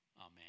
Amen